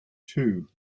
two